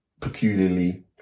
peculiarly